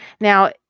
Now